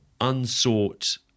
unsought